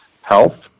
health